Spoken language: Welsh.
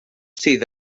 sydd